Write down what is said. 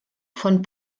von